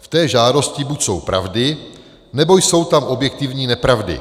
V té žádosti buď jsou pravdy, nebo jsou tam objektivní nepravdy.